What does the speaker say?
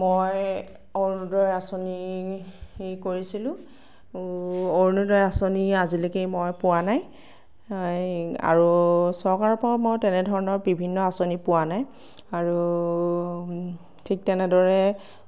মই অৰুণোদয় আচঁনি কৰিছিলোঁ অৰুণোদয় আচঁনি আজিলৈকে মই পোৱা নাই আৰু চৰকাৰৰ পৰাও তেনেধৰণৰ বিভিন্ন আচঁনি মই পোৱা নাই আৰু ঠিক তেনেদৰে